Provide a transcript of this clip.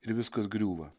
ir viskas griūva